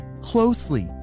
closely